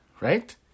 Right